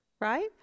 right